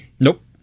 nope